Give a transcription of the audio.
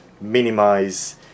minimize